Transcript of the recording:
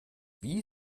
wie